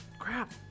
crap